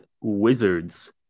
Wizards